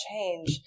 change